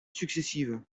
successives